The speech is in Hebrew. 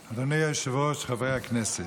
היושב-ראש, חברי הכנסת,